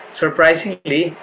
surprisingly